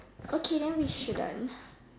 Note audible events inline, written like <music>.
okay then we shouldn't <breath>